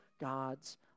God's